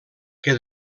que